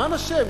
למען השם,